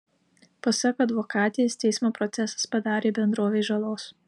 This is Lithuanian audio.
pasak advokatės teismo procesas padarė bendrovei žalos